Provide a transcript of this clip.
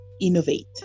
Innovate